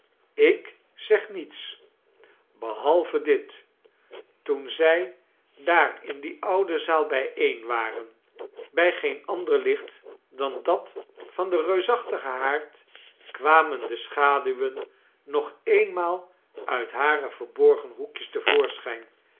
k zeg niets behalve dit toea zij daar in die oude zaal hijeen waren bij geen ander licht dan dat van den reueachtigein haard kwamen de schaduwen nog eenmaal uit hare verborgen hoekjes